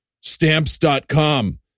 stamps.com